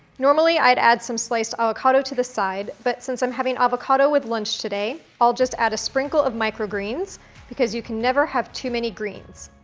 normally, i'd add some sliced avocado to the side but since i'm having avocado with lunch today, i'll just add a sprinkle of microgreens because you can never have too many greens.